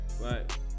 right